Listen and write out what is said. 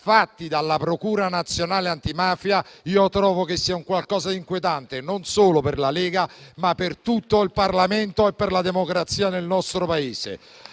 Lega, dalla procura nazionale antimafia trovo che siano un qualcosa di inquietante, non solo per la Lega, ma per tutto il Parlamento e per la democrazia nel nostro Paese.